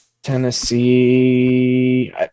Tennessee